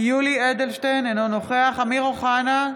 יולי אדלשטיין, אינו נוכח אמיר אוחנה,